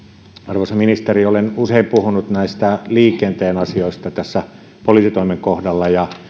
arvoisa ministeri olen usein puhunut liikenteen asioista tässä poliisitoimen kohdalla ja